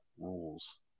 rules